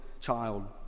child